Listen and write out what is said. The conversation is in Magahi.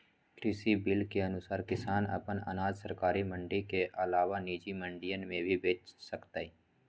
कृषि बिल के अनुसार किसान अपन अनाज सरकारी मंडी के अलावा निजी मंडियन में भी बेच सकतय